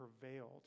prevailed